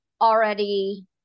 already